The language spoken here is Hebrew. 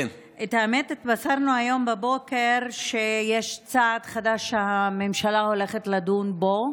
האמת היא שהתבשרנו היום בבוקר שיש צעד חדש שהממשלה הולכת לדון בו: